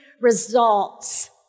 results